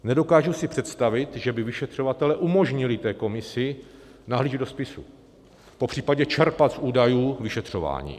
Nedokážu si představit, že by vyšetřovatelé umožnili té komisi nahlížet do spisů, popřípadě čerpat z údajů vyšetřování.